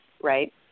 Right